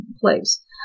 place